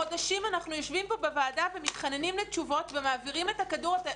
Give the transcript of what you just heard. חודשים אנחנו יושבים פה בוועדה ומתחננים לתשובות ומעבירים את הכדור.